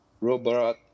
robot